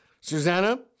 Susanna